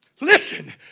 Listen